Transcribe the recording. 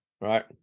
Right